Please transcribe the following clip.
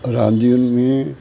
रांदियुनि में